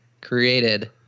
created